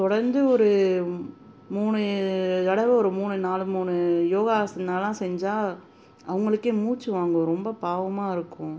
தொடர்ந்து ஒரு மூணு தடவை ஒரு மூணு நாலு மூணு யோகாசனமெல்லாம் செஞ்சால் அவங்களுக்கே மூச்சு வாங்கும் ரொம்ப பாவமாக இருக்கும்